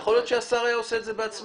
יכול להיות שהשר היה עושה את זה בעצמו.